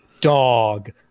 dog